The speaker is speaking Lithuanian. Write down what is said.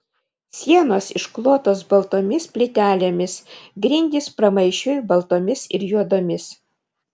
sienos išklotos baltomis plytelėmis grindys pramaišiui baltomis ir juodomis